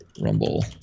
Rumble